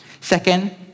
Second